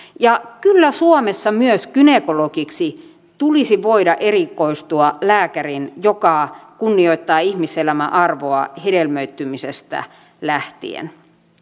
kyllä suomessa myös gynekologiksi tulisi voida erikoistua lääkärin joka kunnioittaa ihmiselämän arvoa hedelmöittymisestä lähtien